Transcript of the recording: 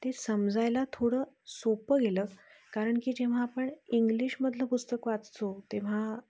ते समजायला थोडं सोपं गेलं कारणकी जेव्हा आपण इंग्लिशमधलं पुस्तक वाचतो तेव्हा